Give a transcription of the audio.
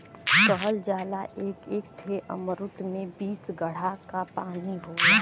कहल जाला एक एक ठे अमरूद में बीस घड़ा क पानी होला